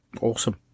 Awesome